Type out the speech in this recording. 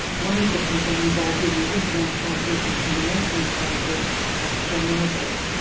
one of the people involved in the international decontamination project at chernobyl.